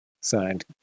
Signed